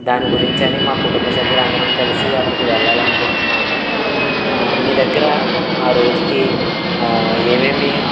దాని గురించి అని మా కుటుంబ సభ్యులు అందరం కలిసి అక్కడికి వెళ్లాలనుకుంటున్నాము మీ దగ్గర ఆ రోజుకి ఏమేమి ఆ